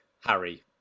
Harry